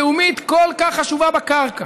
לאומית כל כך חשובה בקרקע.